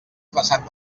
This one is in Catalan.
traçat